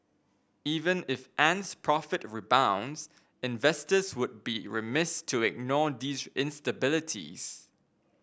even if Ant's profit rebounds investors would be remiss to ignore these instabilities